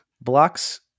Block's